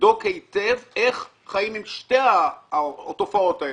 שיבדוק היטב איך חיים עם שתי התופעות האלה,